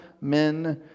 men